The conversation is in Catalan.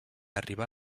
arribar